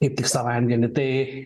kaip tik savaitgalį tai